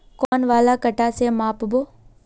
कौन वाला कटा से नाप बो?